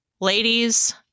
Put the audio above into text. ladies